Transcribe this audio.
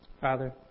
Father